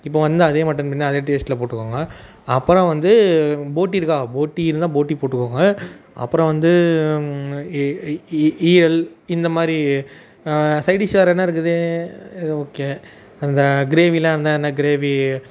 இப்போது வந்து அதே மட்டன் பிரியாணி அதே டேஸ்ட்டில் போட்டுக்கோங்க அப்புறம் வந்து போட்டி இருக்கா போட்டி இருந்தால் போட்டி போட்டுக்கோங்க அப்புறம் வந்து ஈரல் இந்த மாதிரி சைடீஷ் வேறு என்ன இருக்குது இது ஓகே அந்த க்ரேவிலாம் இருந்தால் என்ன க்ரேவி